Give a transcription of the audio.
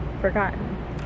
forgotten